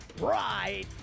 right